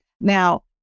Now